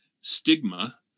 stigma